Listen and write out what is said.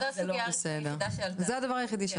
אז זה הדבר היחידי שעלה.